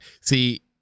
see